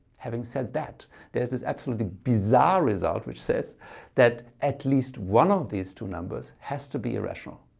having said that there is this absolutely bizarre result which says that at least one of these two numbers has to be irrational,